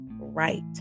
right